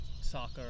soccer